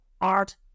art